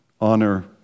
honor